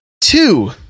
Two